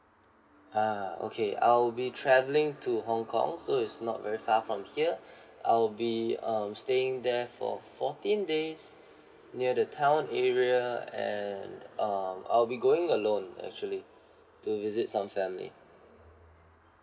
ah okay I'll be travelling to hong kong so it's not very far from here I'll be um staying there for fourteen days near the town area and um I'll be going alone actually to visit some family